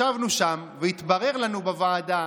ישבנו שם והתברר לנו בוועדה